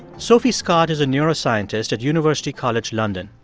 sophie scott is a neuroscientist at university college london.